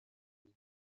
nich